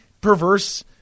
perverse